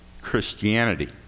Christianity